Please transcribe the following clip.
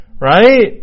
Right